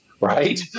right